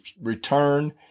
return